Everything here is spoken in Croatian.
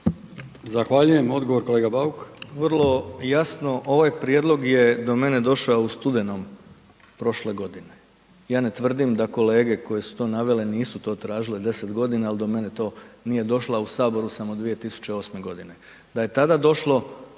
Zahvaljujem. Odgovor kolega Bauk. **Bauk, Arsen (SDP)** Vrlo jasno ovaj prijedlog je do mene došao u studenom prošle godine, ja ne tvrdim da kolege koje su to navele nisu to tražile 10 godina, ali do mene to nije došlo, a u saboru sam od 2008. godine. Da je tada došlo